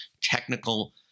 technical